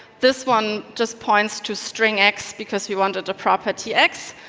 this one just points to string x because we wanted the property x,